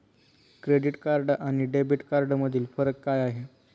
Credit card आणि debit कार्डमधील फरक काय आहे?